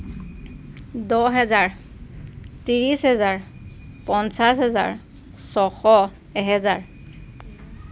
দহ হেজাৰ ত্ৰিছ হেজাৰ পঞ্চাছ হেজাৰ ছয়শ এহেজাৰ